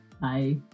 Bye